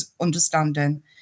understanding